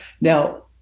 Now